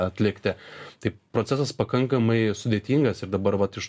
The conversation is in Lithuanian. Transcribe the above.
atlikti tai procesas pakankamai sudėtingas ir dabar vat iš